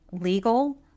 legal